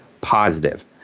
positive